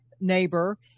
neighbor